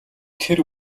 тэр